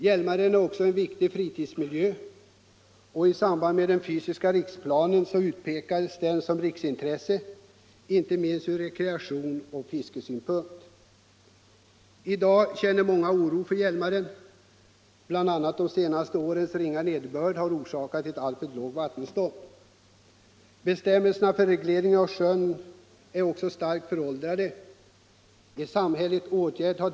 Hjälmaren är också en viktig fritidsmiljö, och i samband med den fysiska riksplanen utpekades den som riksintresse inte minst från rekreationsoch fiskesynpunkt. I dag känner många oro för Hjälmaren. BL a. de senaste årens ringa nederbörd har orsakat ett altltför lågt vattenstånd. Bestämmelserna för reglering av sjön är starkt föräldrade. En sam-.